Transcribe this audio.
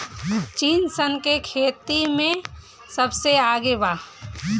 चीन सन के खेती में सबसे आगे बा